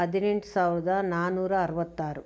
ಹದಿನೆಂಟು ಸಾವಿರದ ನಾನ್ನೂರ ಅರವತ್ತಾರು